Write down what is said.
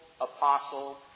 apostle